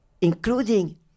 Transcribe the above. including